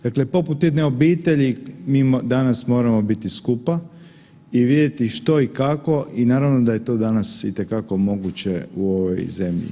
Dakle poput jedne obitelji mi danas moramo biti skupa i vidjeti što i kako i naravno da je to danas itekako moguće u ovoj zemlji.